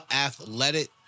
athletic